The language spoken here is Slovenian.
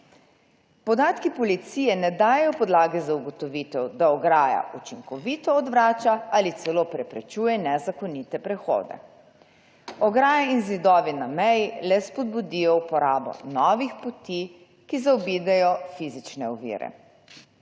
Podatki policije ne dajejo podlage za ugotovitev, da ograja učinkovito odvrača ali celo preprečuje nezakonite prehode. Ograje in zidovi na meji le spodbudijo uporabo novih poti, ki zaobidejo fizične ovire.